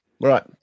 right